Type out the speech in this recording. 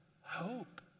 hope